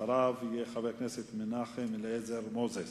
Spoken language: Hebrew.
אחריו יהיה חבר הכנסת מנחם אליעזר מוזס.